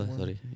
sorry